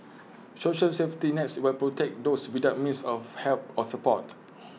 social safety nets will protect those without means of help or support